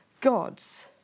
God's